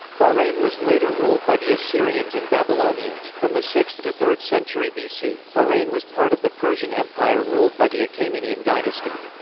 bahrain was later ruled by the assyrians and babylonians from the sixth to third century bc, bahrain was part of the persian empire ruled by the achaemenian dynasty.